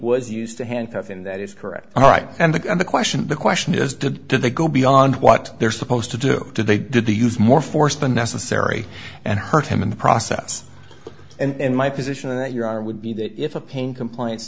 was used to handcuff in that is correct all right and the question the question is did they go beyond what they're supposed to do do they did they use more force than necessary and hurt him in the process and my position that you are would be that if a pain compliance